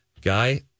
Guy